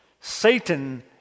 Satan